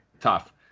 tough